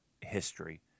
history